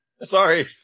Sorry